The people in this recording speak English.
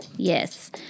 Yes